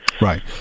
Right